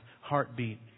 heartbeat